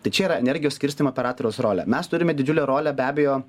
tai čia yra energijos skirstymo operatoriaus rolė mes turime didžiulę rolę be abejo